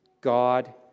God